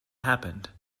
happened